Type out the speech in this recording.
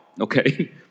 Okay